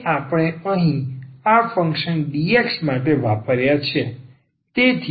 જે આપણે અહીં આ ફંક્શન dx માટે વાપર્યા છે